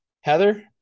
Heather